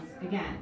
again